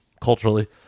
culturally